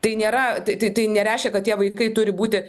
tai nėra tai tai tai nereiškia kad tie vaikai turi būti